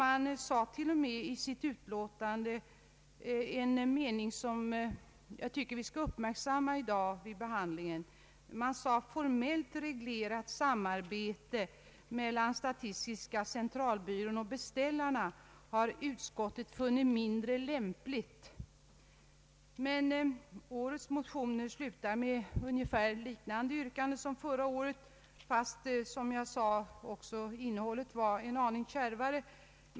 I utlåtandet då fanns särskilt en mening som jag tycker vi bör uppmärksamma i dag, nämligen att ”ett formellt reglerat samarbete mellan statistiska centralbyrån och beställarna har utskottet funnit mindre lämpligt”. Men årets motioner slutar med ungefär samma yrkande som förra årets fast innehållet i år är som jag nyss sade en aning kärvare.